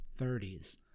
30s